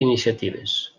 iniciatives